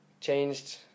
changed